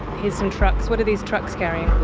here's some trucks, what are these trucks carrying?